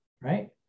right